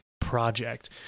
project